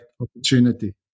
opportunity